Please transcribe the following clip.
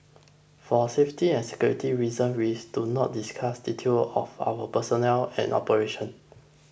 for safety and security reasons we do not discuss details of our personnel or operations